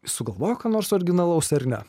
sugalvok ką nors originalaus ar ne